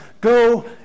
go